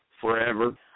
forever